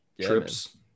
trips